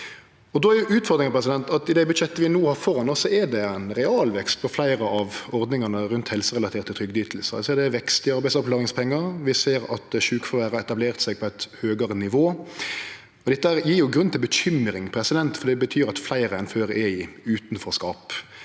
i det budsjettet vi no har føre oss, er at det er ein realvekst på fleire av ordningane rundt helserelaterte trygdeytingar. Det er vekst i arbeidsavklaringspengar, og vi ser at sjukefråværet har etablert seg på eit høgare nivå. Dette gjev grunn til bekymring, for det betyr at fleire enn før er i utanforskap.